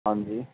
ਹਾਂਜੀ